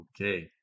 Okay